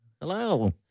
Hello